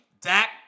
Dak